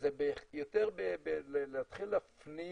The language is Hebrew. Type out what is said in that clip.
שזה יותר להתחיל להפנים